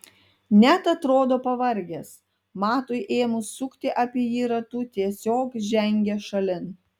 net atrodo pavargęs matui ėmus sukti apie jį ratu tiesiog žengia šalin